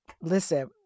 listen